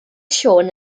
siôn